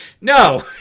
No